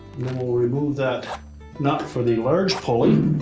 then we'll we'll remove that nut from the large pulley.